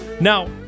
Now